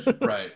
Right